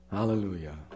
Hallelujah